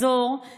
ומוזרם אליו,